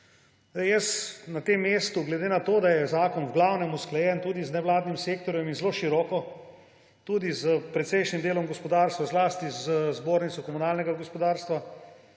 Jaz na tem mestu pozivam, glede na to da je zakon v glavnem usklajen tudi z nevladnim sektorjem in zelo široko tudi s precejšnjim delom gospodarstva, zlasti z Zbornico komunalnega gospodarstva,